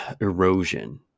erosion